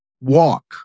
walk